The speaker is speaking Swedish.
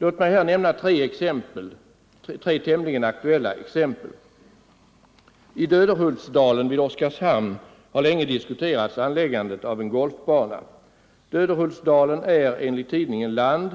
Låt mig här nämna tre tämligen aktuella exempel: I Döderhultsdalen vid Oskarshamn har länge diskuterats anläggandet av en golfbana. Döderhultsdalen är enligt tidningen Land